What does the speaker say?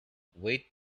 wait